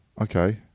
Okay